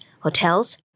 hotels